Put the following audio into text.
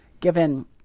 given